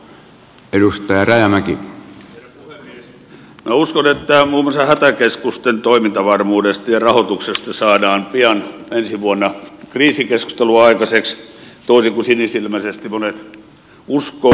minä uskon että muun muassa hätäkeskusten toimintavarmuudesta ja rahoituksesta saadaan pian ensi vuonna kriisikeskustelua aikaiseksi toisin kuin sinisilmäisesti monet uskovat